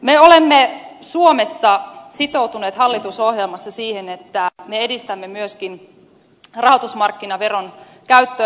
me olemme suomessa sitoutuneet hallitusohjelmassa siihen että me edistämme myöskin rahoitusmarkkinaveron käyttöönottoa